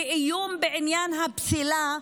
באיום בעניין הפסילה,